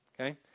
Okay